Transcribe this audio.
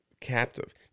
captive